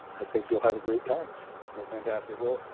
i think you will have a great time well, fantastic. well,